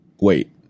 wait